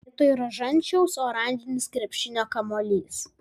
vietoj rožančiaus oranžinis krepšinio kamuolys